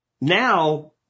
Now